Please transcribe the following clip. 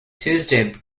tuesday